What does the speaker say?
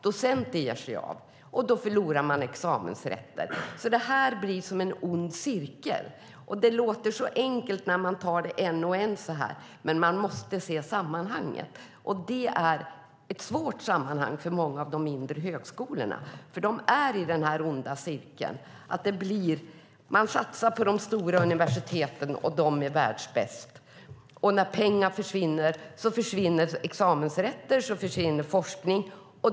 Docenter ger sig av. Då förlorar man examensrätter. Det här blir som en ond cirkel. Det låter så enkelt när man tar dem en och en, men man måste se sammanhanget. Och det är ett svårt sammanhang för många av de mindre högskolorna, för de är i den här onda cirkeln. Man satsar på de stora universiteten, och de är världsbäst. När pengar försvinner, så försvinner examensrätter och forskning.